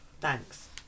Thanks